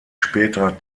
später